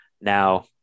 Now